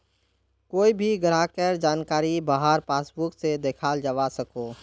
कोए भी ग्राहकेर जानकारी वहार पासबुक से दखाल जवा सकोह